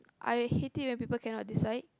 I hate it when people cannot decide